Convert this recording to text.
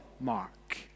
Mark